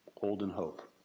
hold and hope.